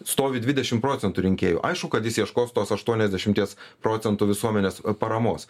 stovi dvidešimt procentų rinkėjų aišku kad jis ieškos tos aštuoniasdešimties procentų visuomenės paramos